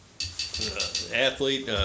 athlete